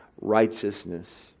righteousness